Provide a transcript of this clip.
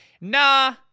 nah